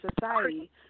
society